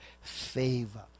favor